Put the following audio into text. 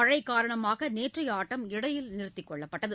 மழை காரணமாக நேற்றைய ஆட்டம் இடையில் நிறுத்திக் கொள்ளப்பட்டது